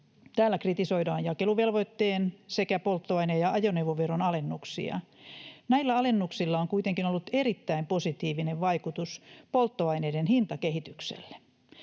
Täällä kritisoidaan jakeluvelvoitteen sekä polttoaine- ja ajoneuvoveron alennuksia. Näillä alennuksilla on kuitenkin ollut erittäin positiivinen vaikutus polttoaineiden hintakehitykselle.